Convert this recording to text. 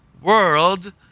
world